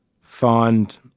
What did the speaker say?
Find